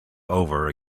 over